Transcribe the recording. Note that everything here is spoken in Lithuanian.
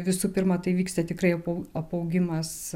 visų pirma tai vyksta tikrai apau apaugimas